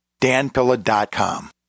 danpilla.com